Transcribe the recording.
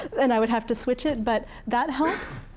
and i would have to switch it. but that helped,